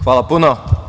Hvala puno.